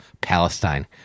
Palestine